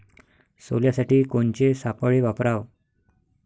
सोल्यासाठी कोनचे सापळे वापराव?